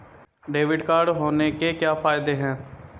Debit card होने के क्या फायदे हैं?